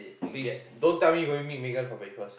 please don't tell me you're going to meet Megan for breakfast